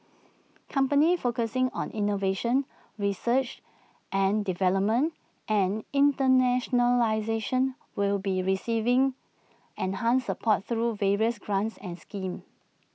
companies focusing on innovation research and development and internationalisation will be receiving enhanced support through various grants and schemes